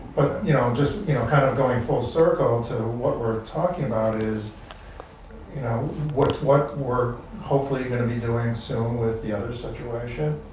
but you know you know kind of going full circle to what we're talking about is you know what what we're hopefully gonna be doing soon with the other situation,